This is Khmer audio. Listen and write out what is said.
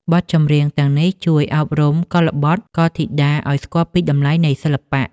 បទចម្រៀងទាំងនេះជួយអប់រំកុលបុត្រកុលធីតាឱ្យស្គាល់ពីតម្លៃនៃសិល្បៈ។